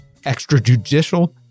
extrajudicial